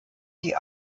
sie